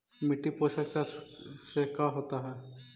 मिट्टी पोषक तत्त्व से का होता है?